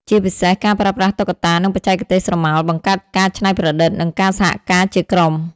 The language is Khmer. ជាពិសេស ការប្រើប្រាស់តុក្កតា និងបច្ចេកទេសស្រមោល បង្កើតការច្នៃប្រឌិត និងការសហការជាក្រុម។